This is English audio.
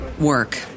work